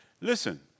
Listen